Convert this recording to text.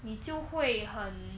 你就会很